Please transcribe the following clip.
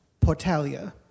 Portalia